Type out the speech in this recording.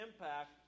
impact